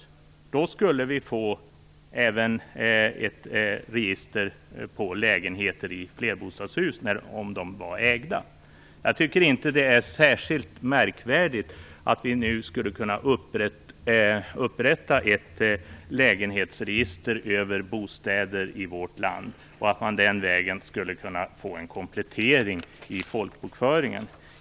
Om de var ägda skulle vi få även ett register på lägenheter i flerbostadshus. Jag tycker inte att det är särskilt märkvärdigt om vi nu skulle upprätta ett lägenhetsregister över bostäder i vårt land och den vägen få en komplettering i folkbokföringen.